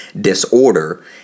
disorder